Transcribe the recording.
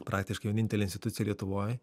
praktiškai vienintelė institucija lietuvoj